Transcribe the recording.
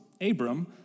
Abram